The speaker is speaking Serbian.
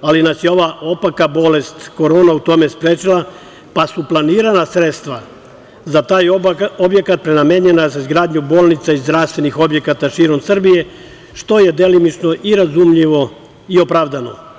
ali nas je ova opaka bolest Korona u tome sprečila, pa su planirana sredstva za taj objekat prenamenjena za izgradnju bolnica i zdravstvenih objekata širom Srbije, što je delimično i razumljivo i opravdano.